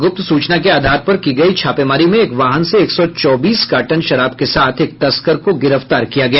गूप्त सूचना के आधार पर की गयी छापेमारी में एक वाहन से एक सौ चौबीस कार्टन शराब के साथ एक तस्कर को गिरफ्तार किया गया है